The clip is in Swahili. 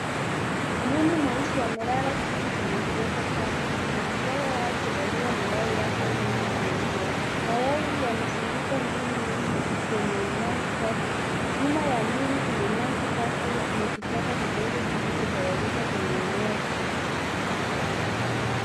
Mbuni mweusi amelala chini kwenye kiota chake akitega au kulalia mayai yake mengi meupe. Mayai yamezunguka mbuni huyu kwenye nyasi kavu. Nyuma ya mbuni kuna nyasi kavu na vichaka vidogo vilivyotawanyika kwenye eneo kubwa.